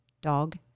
dog